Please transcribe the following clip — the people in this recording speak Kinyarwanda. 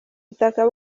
ubutaka